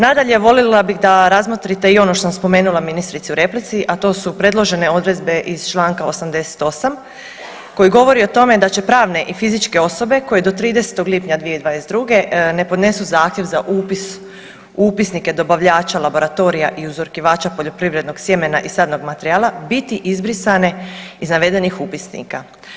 Nadalje, volila bih da razmotrite i ono što sam spomenula ministrici u replici, a to su predložene odredbe iz čl. 88. koji govori o tome da će pravne i fizičke osobe koje do 30 lipnja 2022. ne podnesu zahtjev u upis u upisnike dobavljača laboratorija i uzorkivača poljoprivrednog sjemena i sadnog materijala biti izbrisane iz navedenih upisnika.